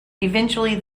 eventually